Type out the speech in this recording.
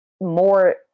more